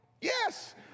Yes